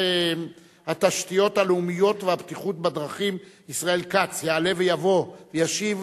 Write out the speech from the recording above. התשתיות הלאומיות והבטיחות בדרכים ישראל כץ יעלה ויבוא וישיב